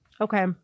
Okay